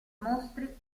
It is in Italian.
mostri